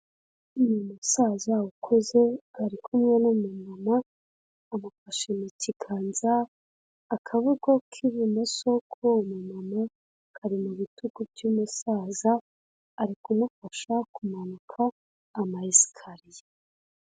Uyu musaza ukuze ari kumwe n'umumama amufashe mu kiganza, akaboko k'ibumoso k'uwo mu mama kari mu bitugu cy'umusaza ari kumufasha kumanuka ama esikariye.